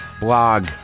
blog